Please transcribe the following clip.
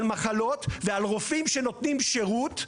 על מחלות ועל רופאים שנותנים שירות,